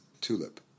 Tulip